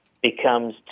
becomes